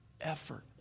effort